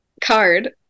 card